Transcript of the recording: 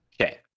Okay